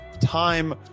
time